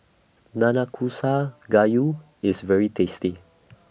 Nanakusa Gayu IS very tasty